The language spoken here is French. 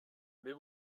mais